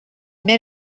met